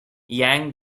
yang